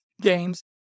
games